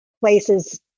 places